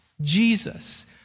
Jesus